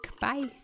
Bye